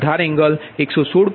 18 angle 116